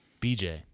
BJ